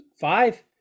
five